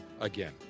again